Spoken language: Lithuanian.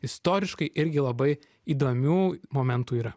istoriškai irgi labai įdomių momentų yra